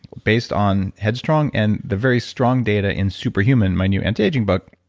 based on headstrong and the very strong data in superhuman, my new anti-aging book,